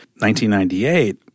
1998